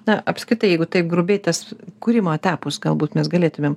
na apskritai jeigu taip grubiai tas kūrimo etapus galbūt mes galėtumėm